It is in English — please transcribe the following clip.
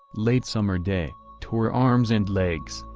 late-summer day, tore arms and legs,